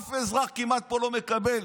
כמעט אף אזרח פה לא מקבל